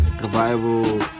Revival